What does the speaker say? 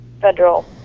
federal